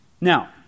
Now